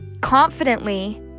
confidently